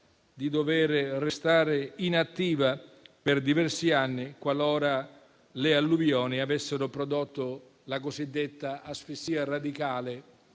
di dover restare inattiva per diversi anni qualora le alluvioni avessero prodotto la cosiddetta asfissia radicale,